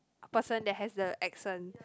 person that has the accent